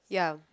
ya